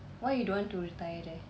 why you don't want to retire there